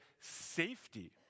safety